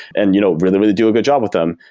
and you know really, really do a good job with them,